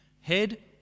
Head